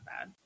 bad